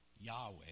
Yahweh